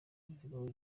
babivugaho